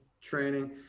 training